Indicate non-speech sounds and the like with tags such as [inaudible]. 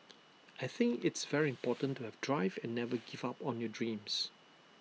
I think it's very [noise] important to have drive and never give up on your dreams